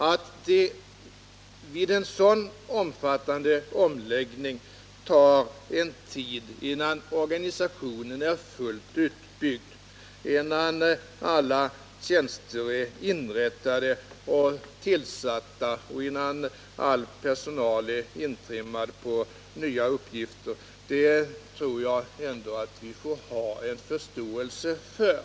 Att det vid en sådan omfattande omläggning tar en viss tid innan organisationen är fullt utbyggd, innan alla tjänster är inrättade och tillsatta och innan all personal är intrimmad på nya uppgifter, det tror jag ändå att vi får ha förståelse för.